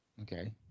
Okay